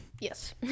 yes